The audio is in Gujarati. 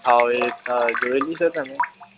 હોવ એ જ છે જોયેલી છે તમે